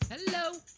Hello